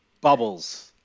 Bubbles